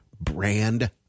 brand